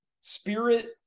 spirit